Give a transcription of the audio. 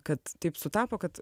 kad taip sutapo kad